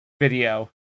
video